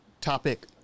topic